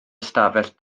ystafell